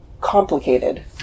complicated